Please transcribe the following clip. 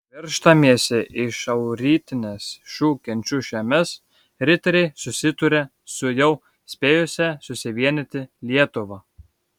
verždamiesi į šiaurrytines šių genčių žemes riteriai susidūrė su jau spėjusia susivienyti lietuva